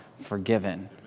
forgiven